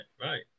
right